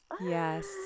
yes